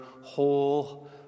whole